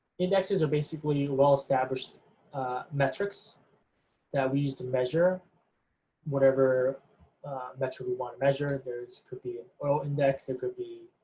indexes are basically well established metrics that we use to measure whatever metric we want to measure. there could be ah oil index, there could be